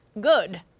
good